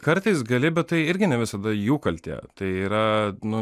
kartais gali bet tai irgi ne visada jų kaltė tai yra nu